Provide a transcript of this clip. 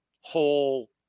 whole